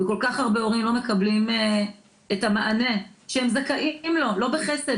וכל כך הרבה הורים לא מקבלים את המענה שהם זכאים לו לא בחסד,